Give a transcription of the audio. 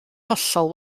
hollol